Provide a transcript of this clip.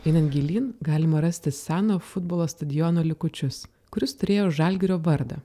einant gilyn galima rasti seno futbolo stadiono likučius kuris turėjo žalgirio vardą